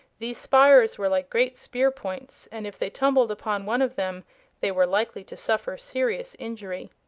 these spires were like great spear-points, and if they tumbled upon one of them they were likely to suffer serious injury.